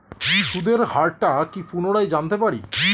সুদের হার টা কি পুনরায় জানতে পারি?